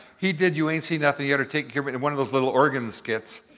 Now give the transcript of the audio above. he did you ain't seen nothing yet or takin' care but and one of those little organ skits,